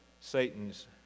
Satan's